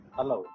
Hello